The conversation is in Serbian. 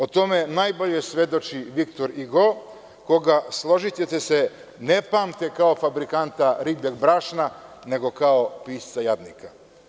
O tome najbolje svedoči Viktor Igo, koga, složićete se, ne pamte kao fabrikanta rigel brašna, nego kao pisca „Jadnika“